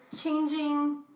changing